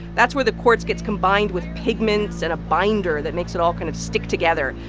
that's where the quartz gets combined with pigments and a binder that makes it all kind of stick together.